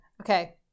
Okay